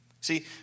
See